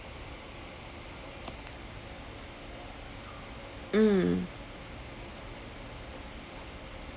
mm